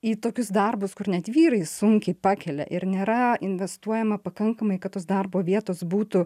į tokius darbus kur net vyrai sunkiai pakelia ir nėra investuojama pakankamai kad tos darbo vietos būtų